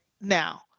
Now